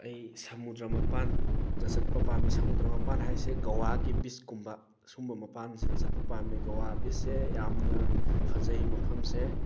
ꯑꯩ ꯁꯃꯨꯗ꯭ꯔ ꯃꯄꯥꯟꯗ ꯆꯠꯄ ꯄꯥꯝꯃꯤ ꯁꯃꯨꯗ꯭ꯔ ꯃꯄꯥꯟ ꯍꯥꯏꯁꯦ ꯒꯋꯥꯒꯤ ꯕꯤꯆꯀꯨꯝꯕ ꯁꯨꯝꯕ ꯃꯄꯥꯟꯁꯤꯗ ꯆꯠꯄ ꯄꯥꯝꯃꯦ ꯒꯋꯥ ꯕꯤꯆꯁꯦ ꯌꯥꯝꯅ ꯐꯖꯩ ꯃꯐꯝꯁꯦ